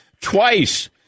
twice